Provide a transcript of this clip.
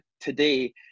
today